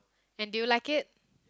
and do you like it